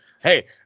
Hey